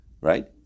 Right